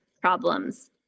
problems